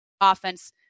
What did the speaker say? offense